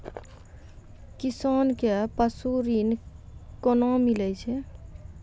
किसान कऽ पसु ऋण कोना मिलै छै?